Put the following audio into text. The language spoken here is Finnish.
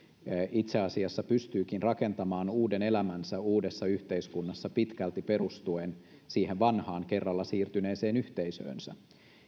itse asiassa pystyykin rakentamaan uuden elämänsä uudessa yhteiskunnassa pitkälti perustuen siihen vanhaan kerralla siirtyneeseen yhteisöönsä